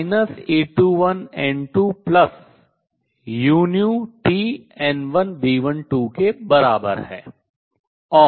dN2dt A21N2 uTN1B12 के बराबर है